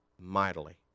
mightily